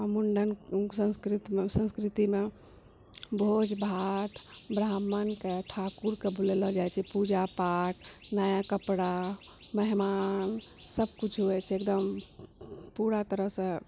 मुण्डन संस्कृतमे संस्कृतिमे भोज भात ब्राह्मणके ठाकुरके बुलेला जाइ छै पूजा पाठ नया कपड़ा मेहमान सबकिछु होइ छै एकदम पूरा तरहसँ